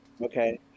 Okay